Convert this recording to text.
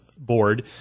Board